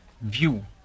view